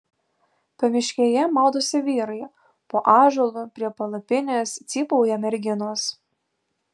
pamiškėje maudosi vyrai po ąžuolu prie palapinės cypauja merginos